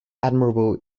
admiral